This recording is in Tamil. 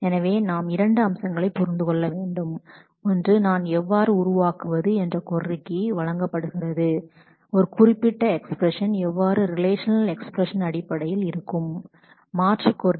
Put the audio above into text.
எனவே நாம் இரண்டு அம்சங்களைப் புரிந்து கொள்ள வேண்டும் ஒன்று கொடுக்கப்பட்ட கொரிக்கு நான் எவ்வாறு மாற்று கொரிகளை எவ்வாறு உருவாக்குவது மற்றொன்று ஒரு குறிப்பிட்ட எக்ஸ்பிரஷன் எவ்வாறு அதற்கு இணையான ரிலேஷநல் எக்ஸ்பிரஷன் ஆக மாற்ற படுகிறது